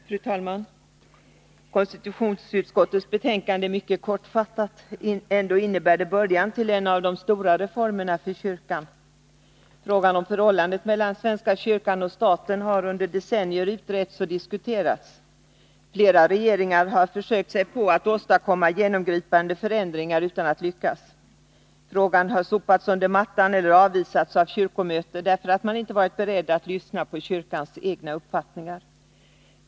Fru talman! Konstitutionsutskottets betänkande är mycket kortfattat. Ändå innebär det början till en av de stora reformerna för kyrkan. Frågan om förhållandet mellan svenska kyrkan och staten har under decennier uträtts och diskuterats. Flera regeringar har försökt sig på att åstadkomma genomgripande förändringar utan att lyckas. Frågan har sopats under mattan eller avvisats av kyrkomötet, därför att man inte varit beredd att lyssna på kyrkans egna uppfattningar.